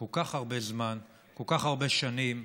כל כך הרבה זמן, כל כך הרבה שנים,